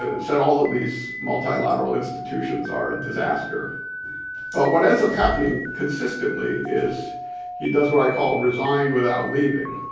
ah said all of these multilateral institutions are a disaster but what ends up happening consistently is he does what i call a resign without leaving.